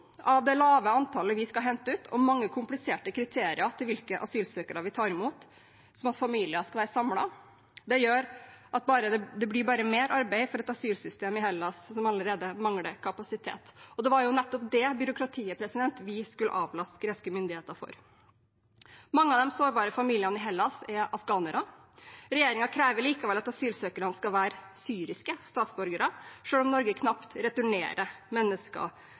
av det lave antallet vi skal hente ut, og mange kompliserte kriterier for hvilke asylsøkere vi tar imot – som at familier skal være samlet – gjør at det blir bare mer arbeid for et asylsystem i Hellas som allerede mangler kapasitet. Det var nettopp det byråkratiet vi skulle avlaste greske myndigheter med. Mange av de sårbare familiene i Hellas er afghanere. Regjeringen krever likevel at asylsøkerne skal være syriske statsborgere, selv om Norge knapt returnerer mennesker